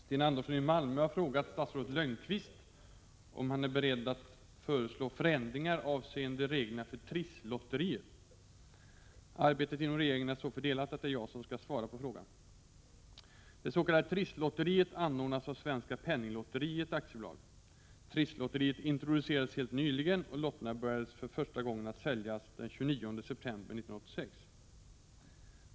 Fru talman! Sten Andersson i Malmö har frågat statsrådet Lönnqvist om han är beredd föreslå förändringar avseende reglerna för Trisslotteriet. Arbetet inom regeringen är så fördelat att det är jag som skall svara på frågan. Det s.k. Trisslotteriet anordnas av Svenska penninglotteriet aktiebolag. Trisslotteriet introducerades helt nyligen, och lotterna började för första gången att säljas den 29 september 1986.